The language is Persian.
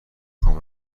خوام